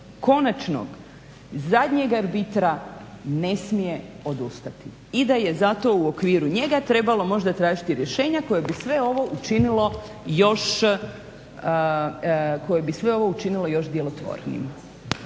konačnog, zadnjeg arbitra ne smije odustati i da je zato u okviru njega trebalo možda tražiti rješenja koja bi sve ovo učinilo još djelotvornijim.